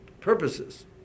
purposes